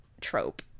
trope